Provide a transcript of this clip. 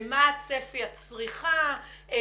מה צפי הצריכה,